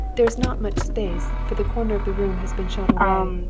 there is not much space, for the corner of the room has been shot away.